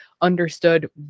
understood